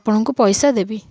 ଆପଣଙ୍କୁ ପଇସା ଦେବି